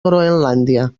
groenlàndia